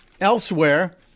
elsewhere